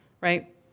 right